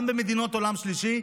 גם במדינות עולם שלישי,